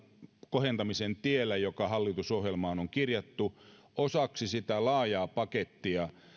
kohentamisen tiellä joka hallitusohjelmaan on kirjattu osaksi sitä laajaa pakettia